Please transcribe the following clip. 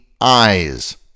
eyes